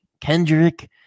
Kendrick